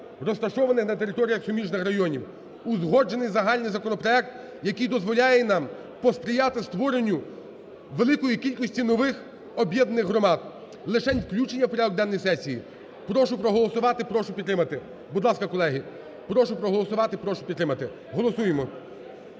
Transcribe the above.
розташованих на територіях суміжних районів. Узгоджений загальний законопроект, який дозволяє нам посприяти створенню великої кількості нових об'єднаних громад, лишень включення в порядок денний сесії. Прошу проголосувати, прошу підтримати. Будь ласка, колеги, прошу проголосувати, прошу підтримати, голосуємо,